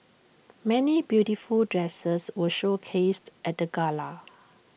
many beautiful dresses were showcased at the gala